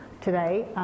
today